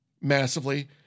massively